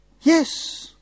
Yes